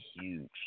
huge